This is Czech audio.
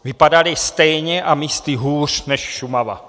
Vypadaly stejně a místy hůř než Šumava.